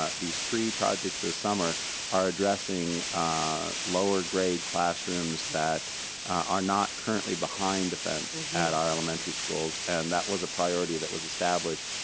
ah these three projects this summer are addressing lower grade classrooms that are not currently behind a fence at our elementary schools, and that was a priority that was established.